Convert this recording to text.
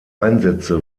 einsätze